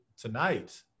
tonight